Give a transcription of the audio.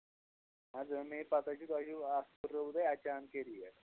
اَہن حظ آ مے پَتہ چھِ اَتھ ہُرٲوٕ تۄہہِ اَچانکٕے ریٹ